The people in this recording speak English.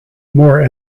more